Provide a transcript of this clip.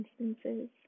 instances